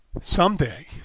someday